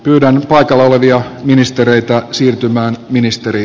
pyydän paikalla olevia ministereitä ja siirtymään ministeri